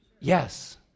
Yes